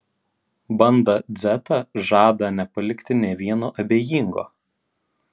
banda dzeta žada nepalikti nė vieno abejingo